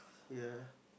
ya